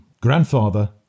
grandfather